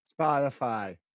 Spotify